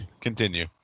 Continue